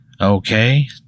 Okay